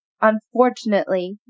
unfortunately